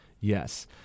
Yes